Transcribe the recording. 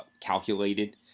calculated